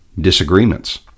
disagreements